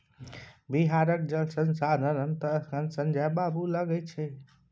बिहारक जल संसाधन तए अखन संजय बाबू लग छै